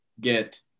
get